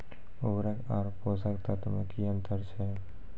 उर्वरक आर पोसक तत्व मे की अन्तर छै?